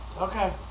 Okay